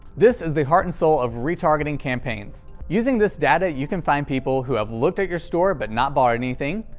this is the heart and soul of retargeting campaigns. using this data, you can find people who have looked at your store, but not bought anything,